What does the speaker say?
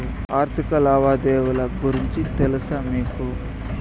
ఆర్థిక లావాదేవీల గురించి తెలుసా మీకు